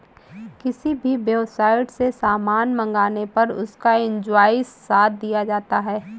किसी भी वेबसाईट से सामान मंगाने पर उसका इन्वॉइस साथ दिया जाता है